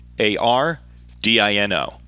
A-R-D-I-N-O